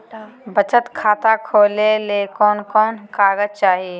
बचत खाता खोले ले कोन कोन कागज चाही?